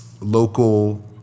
local